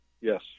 Yes